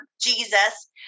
Jesus